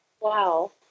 Wow